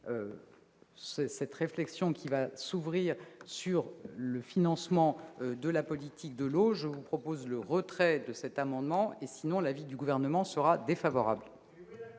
va prochainement s'ouvrir sur le financement de la politique de l'eau, je vous propose de retirer ces amendements ; sinon, l'avis du Gouvernement sera défavorable.